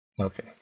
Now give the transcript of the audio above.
Okay